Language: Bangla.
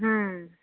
হুম